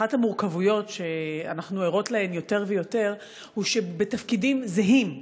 אחת המורכבויות שאנחנו ערות להן יותר ויותר היא שבתפקידים זהים,